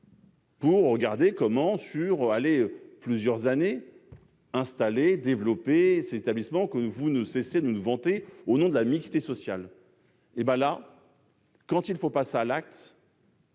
pour examiner comment, sur plusieurs années, installer et développer ces établissements que vous ne cessez de nous vanter au nom de la mixité sociale. Toutefois, quand il faut passer aux actes,